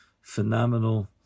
phenomenal